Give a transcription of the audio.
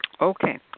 Okay